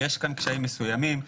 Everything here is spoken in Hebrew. יש כאן קשיים מסוימים.